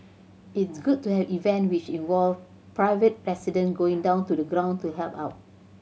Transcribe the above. it's good to have events which involve private residents going down to the ground to help out